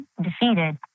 defeated